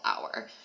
hour